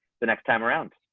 the next time around.